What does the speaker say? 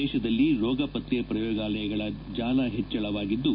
ದೇಶದಲ್ಲಿ ರೋಗಪತ್ತೆ ಪ್ರಯೋಗಾಲಯಗಳ ಜಾಲ ಹೆಚ್ಚಳವಾಗಿದ್ದು